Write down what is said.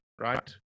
right